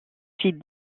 fit